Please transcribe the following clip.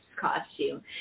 costume